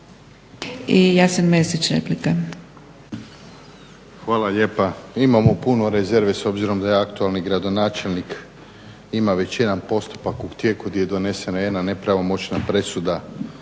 I Jasen Mesić, replika.